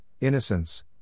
Innocence